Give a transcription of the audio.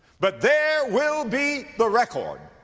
but there will be the record